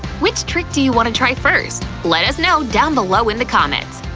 which trick do you want to try first? let us know down below in the comments!